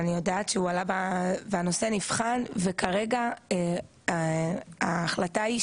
וכרגע ההחלטה היא שלגבי עובדים שהגישו את